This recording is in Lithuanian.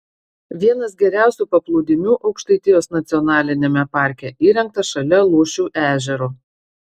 vienas geriausių paplūdimių aukštaitijos nacionaliniame parke įrengtas šalia lūšių ežero